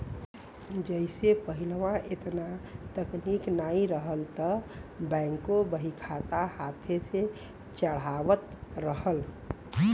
जइसे पहिलवा एतना तकनीक नाहीं रहल त बैंकों बहीखाता हाथे से चढ़ावत रहल